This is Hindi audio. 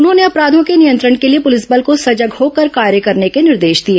उन्होंने अपराधों के नियंत्रण के लिए पुलिस बल को सजग होकर कार्य करने के निर्देश दिए